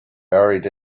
buried